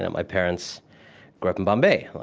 yeah my parents grew up in bombay.